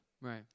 Right